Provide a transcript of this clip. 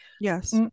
Yes